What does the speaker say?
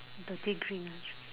dirty green ah interesting